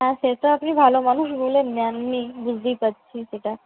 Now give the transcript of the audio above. হ্যাঁ সেতো আপনি ভালো মানুষ বলে নেননি বুঝতেই পারছি সেটা